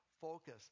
focus